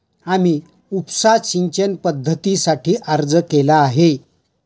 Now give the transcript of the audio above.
आम्ही उपसा सिंचन पद्धतीसाठी अर्ज केला आहे